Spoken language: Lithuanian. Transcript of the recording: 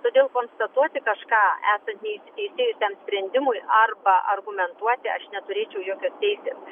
todėl konstatuoti kažką esantį įsiteisėjusiam sprendimui arba argumentuoti aš neturėčiau jokios teisės